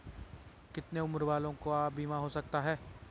कितने उम्र वालों का बीमा हो सकता है?